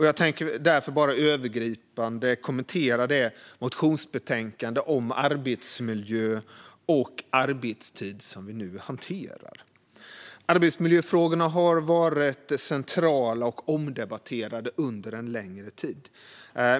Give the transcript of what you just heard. Jag tänker därför bara övergripande kommentera det motionsbetänkande om arbetsmiljö och arbetstid som vi nu hanterar. Arbetsmiljöfrågorna har varit centrala och omdebatterade under en längre tid.